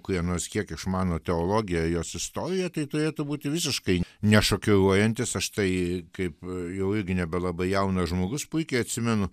kurie nors kiek išmano teologiją jos istoriją tai turėtų būti visiškai nešokiruojantis aš tai kaip jau irgi nebelabai jaunas žmogus puikiai atsimenu